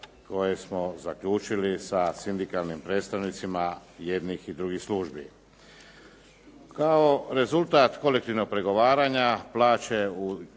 koje smo zaključili sa sindikalnim predstavnicima jednih i drugih službi. Kao rezultat kolektivnog pregovaranja plaće u